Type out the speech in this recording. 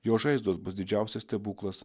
jo žaizdos bus didžiausias stebuklas